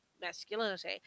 masculinity